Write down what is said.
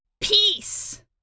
peace